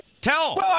Tell